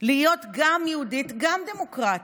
להיות גם יהודית, גם דמוקרטית.